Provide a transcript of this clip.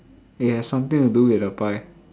it has something to do with the pie